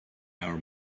our